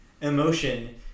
emotion